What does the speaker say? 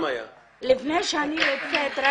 לפני שאני יוצאת אני רוצה